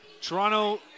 Toronto